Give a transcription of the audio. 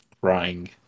crying